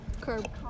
curb